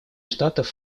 штатов